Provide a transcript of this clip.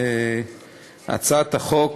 הצעת החוק,